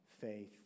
faith